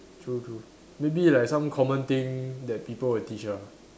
true true maybe like some common thing that people will teach ah